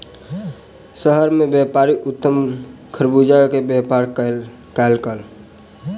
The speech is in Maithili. शहर मे व्यापारी उत्तम खरबूजा के व्यापार कयलक